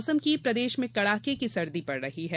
मौसम प्रदेश में कड़ाके की सर्दी पड़ रही है